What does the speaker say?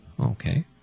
Okay